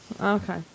Okay